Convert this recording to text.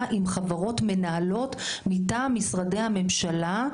עם חברות מנהלות מטעם משרדי הממשלה,